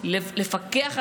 לפטריוטים